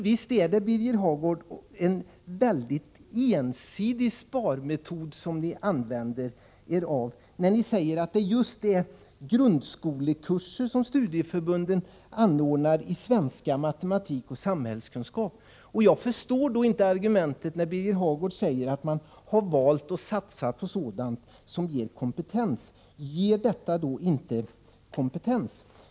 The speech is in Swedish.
Visst är det, Birger Hagård, en ensidig sparmetod som ni använder när ni inriktar er på just grundskolekurser som studieförbunden anordnar i svenska, matematik och samhällskunskap. Jag förstår då inte argumentet att man, som Birger Hagård säger, har valt att satsa på sådant som ger kompetens. Ger detta då inte kompetens?